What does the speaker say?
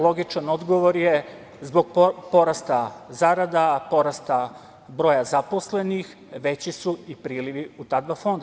Logičan odgovor je zbog porasta zarada, porasta broja zaposlenih, veći su i prilivi u ta dva fonda.